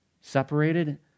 separated